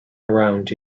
around